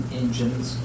engines